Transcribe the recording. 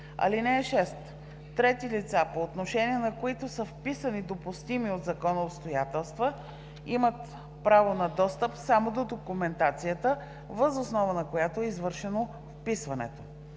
вписване. (6) Трети лица, по отношение на които са вписани допустими от закона обстоятелства, имат право на достъп само до документацията, въз основа на която е извършено вписването.